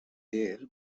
there